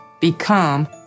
become